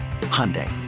Hyundai